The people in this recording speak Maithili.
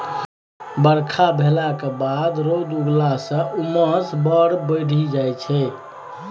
बरखा भेलाक बाद रौद उगलाँ सँ उम्मस बड़ बढ़ि जाइ छै